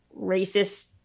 racist